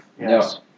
Yes